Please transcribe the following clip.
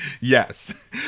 Yes